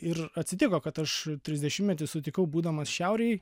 ir atsitiko kad aš trisdešimtmetį sutikau būdamas šiaurėj